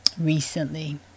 recently